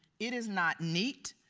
it is not neat.